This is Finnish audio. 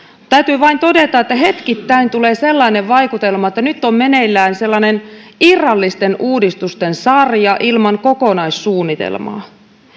täytyy vain todeta että hetkittäin tulee sellainen vaikutelma että nyt on meneillään sellainen irrallisten uudistusten sarja ilman kokonaissuunnitelmaa